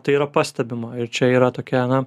tai yra pastebima ir čia yra tokia na